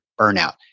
burnout